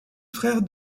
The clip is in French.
frère